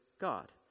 God